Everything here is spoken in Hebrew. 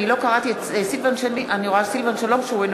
סילבן שלום אינו